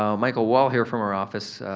so michael wall here from our office